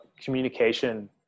communication